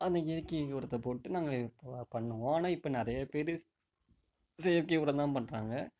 அந்த இயற்கை உரத்தை போட்டு நாங்கள் இப்போ பண்ணுவோம் ஆனால் இப்போ நிறைய பேர் செயற்கை உரம்தான் பண்ணுறாங்க